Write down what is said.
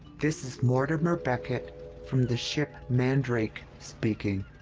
this is mortimer beckett from the ship mandrake speaking.